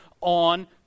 on